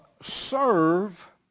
serve